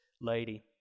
lady